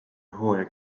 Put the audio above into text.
hooaja